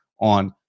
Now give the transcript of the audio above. on